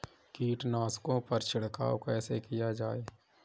कीटनाशकों पर छिड़काव कैसे किया जाए?